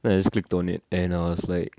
then I just clicked on it and I was like